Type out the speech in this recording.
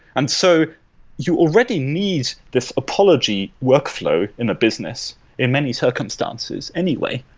and so you already need this apology workflow in a business in many circumstances anyway.